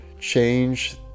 change